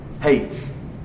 hates